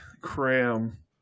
cram